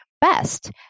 best